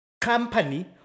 company